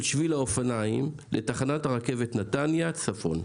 שביל האופניים לתחנת הרכבת נתניה צפון.